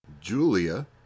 Julia